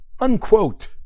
unquote